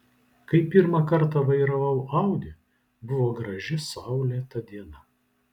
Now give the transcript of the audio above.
kai pirmą kartą vairavau audi buvo graži saulėta diena